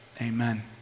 amen